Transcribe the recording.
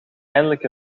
eindelijk